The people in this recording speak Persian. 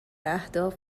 اهداف